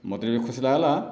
ମୋତେ ଟିକେ ଖୁସି ଲାଗ୍ଲା